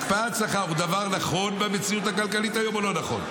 הקפאת שכר הוא דבר נכון במציאות הכלכלית היום או לא נכון?